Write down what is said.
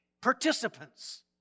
participants